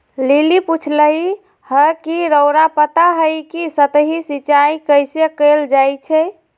lily पुछलई ह कि रउरा पता हई कि सतही सिंचाई कइसे कैल जाई छई